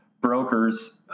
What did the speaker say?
brokers